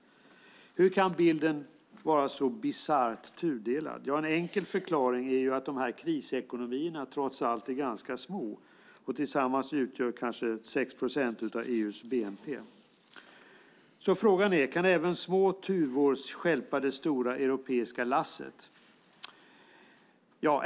Hur kan bilden vara så bisarrt tudelad? En enkel förklaring är att dessa krisekonomier trots allt är ganska små och tillsammans utgör kanske 6 procent av EU:s bnp. Frågan är: Kan även små tuvor stjälpa det stora europeiska lasset?